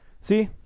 See